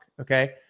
okay